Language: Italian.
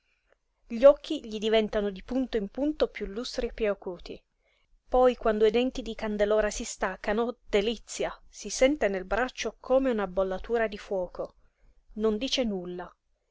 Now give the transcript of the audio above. gli occhi gli diventano di punto in punto piú lustri e piú acuti poi quando i denti di candelora si staccano delizia si sente nel braccio come una bollatura di fuoco non dice nulla